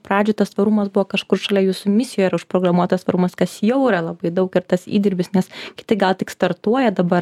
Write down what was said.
pradžių tas tvarumas buvo kažkur šalia jūsų misijoj yra užprogramuotas tvarumas kas jau yra labai daug ir tas įdirbis nes kiti gal tik startuoja dabar